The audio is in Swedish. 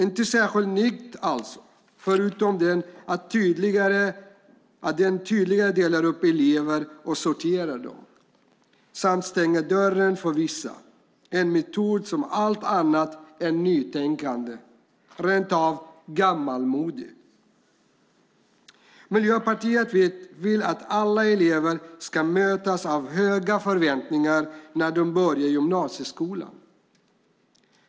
Det är alltså inte särskilt nytt, förutom det att den tydligare delar upp elever och sorterar dem samt stänger dörren för vissa. Det är en metod som är allt annat än nytänkande, rent av gammalmodig. Miljöpartiet vill att alla elever ska mötas av höga förväntningar när de börjar gymnasieskolan.